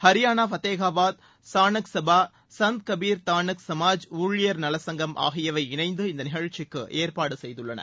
ஹரியானா ஃபத்தேகாபாத சானக் சபா சந்த் கபீர் தானக் சமாஜ் ஊழியர் நலச்சங்கம் ஆகியவை இணைந்து இந்த நிகழ்ச்சிக்கு ஏற்பாடு செய்துள்ளன